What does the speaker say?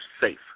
safe